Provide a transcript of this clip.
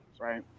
right